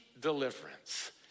deliverance